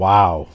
Wow